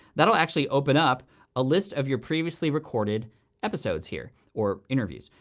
that'll actually open up a list of your previously-recorded episodes here or interviews.